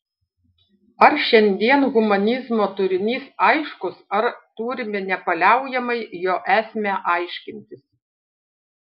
ar šiandien humanizmo turinys aiškus ar turime nepaliaujamai jo esmę aiškintis